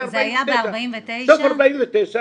זה היה בסוף 49',